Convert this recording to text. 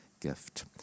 gift